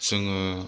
जोङो